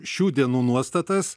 šių dienų nuostatas